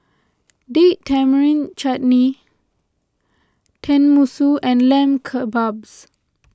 Date Tamarind Chutney Tenmusu and Lamb Kebabs